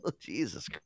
Jesus